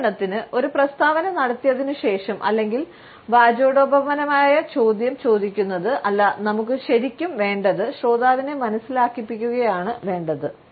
ഉദാഹരണത്തിന് ഒരു പ്രസ്താവന നടത്തിയതിനുശേഷം അല്ലെങ്കിൽ വാചാടോപപരമായ ചോദ്യം ചോദിക്കുന്നത് അല്ല നമുക്ക് ശരിക്കും വേണ്ടത് ശ്രോതാവിനെ മനസ്സിലാക്കിപ്പിക്കുകയാണ് വേണ്ടത്